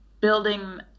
building